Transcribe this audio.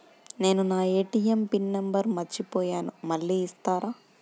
నేను నా ATM pin number మర్చిపోయాను మళ్ళీ ఇస్తారా?